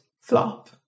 flop